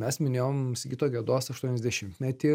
mes minėjom sigito gedos aštuoniasdešimtmetį